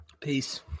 Peace